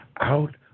out